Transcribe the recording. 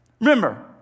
Remember